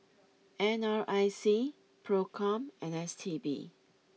N R I C Procom and S T B